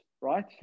right